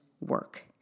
work